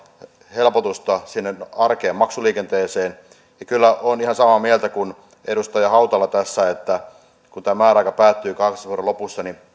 helpotusta sinne arkeen ja maksuliikenteeseen kyllä olen ihan samaa mieltä kuin edustaja hautala tässä että kun tämä määräaika päättyy vuoden kahdeksantoista lopussa niin